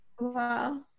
Wow